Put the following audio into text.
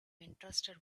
interested